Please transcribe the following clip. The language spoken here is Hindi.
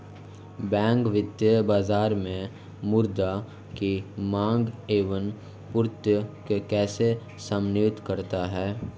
बैंक वित्तीय बाजार में मुद्रा की माँग एवं पूर्ति को कैसे समन्वित करता है?